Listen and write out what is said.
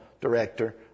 director